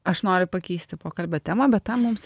aš noriu pakeisti pokalbio temą bet tam mums